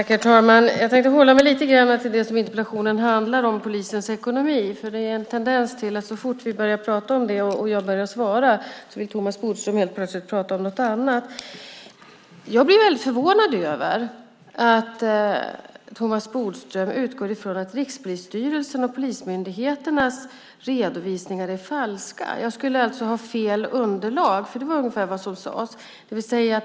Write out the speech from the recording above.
Herr talman! Jag tänkte hålla mig till det som interpellationen handlar om, polisens ekonomi. Det finns en tendens till att så fort vi börjar prata om det och jag börjar svara vill Thomas Bodström helt plötsligt prata om något annat. Jag är förvånad över att Thomas Bodström utgår från att Rikspolisstyrelsens och polismyndigheternas redovisningar är falska. Jag skulle alltså ha fel underlag. Det var ungefär vad som sades.